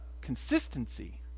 consistency